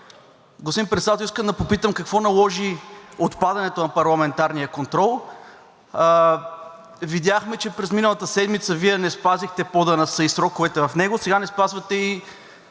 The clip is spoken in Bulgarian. Господин Председател, искам да попитам какво наложи отпадането на парламентарния контрол? Видяхме, че през миналата седмица Вие не спазихте ПОДНС и сроковете в него, сега не спазвате и